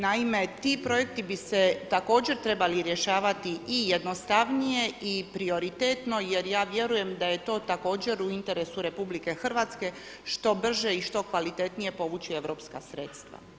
Naime, ti projekti bi se također trebali rješavati i jednostavnije i prioritetno jer ja vjerujem da je to također u interesu RH što brže i što kvalitetnije povući europska sredstva.